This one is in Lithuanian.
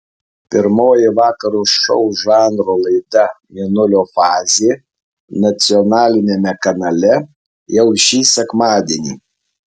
pirmoji vakaro šou žanro laida mėnulio fazė nacionaliniame kanale jau šį sekmadienį